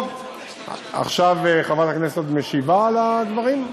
טוב, עכשיו חברת הכנסת עוד משיבה על הדברים?